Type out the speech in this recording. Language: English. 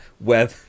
web